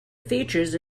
features